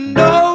no